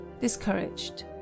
Discouraged